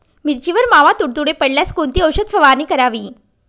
मिरचीवर मावा, तुडतुडे पडल्यास कोणती औषध फवारणी करावी?